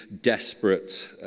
desperate